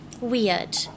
Weird